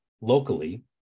locally